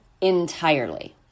entirely